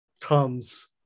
comes